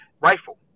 rifle